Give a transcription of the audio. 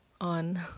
on